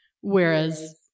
Whereas